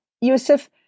Yusuf